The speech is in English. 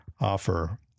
offer